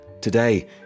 Today